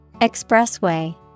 Expressway